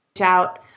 out